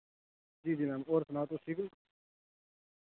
जी जी मैम होर सनाओ तुस ठीक हो